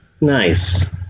Nice